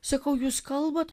sakau jūs kalbat